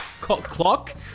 clock